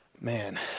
Man